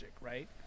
right